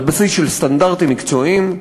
על בסיס של סטנדרטים מקצועיים,